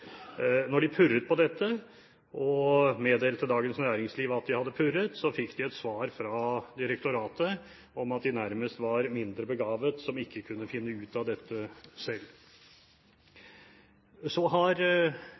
de purret på dette, og meddelte Dagens Næringsliv at de hadde purret, fikk de et svar fra direktoratet om at de nærmest var mindre begavet som ikke kunne finne ut av dette selv. I forlengelsen av dette svaret har